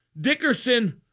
Dickerson